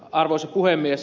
arvoisa puhemies